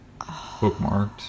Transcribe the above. bookmarked